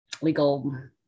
legal